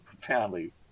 profoundly